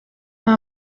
nta